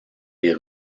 les